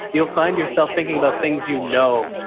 you'll find yourself thinking about things you know,